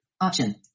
Option